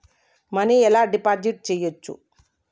Money ఎలా deposit చేయచ్చు?